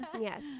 Yes